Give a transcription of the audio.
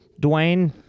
Dwayne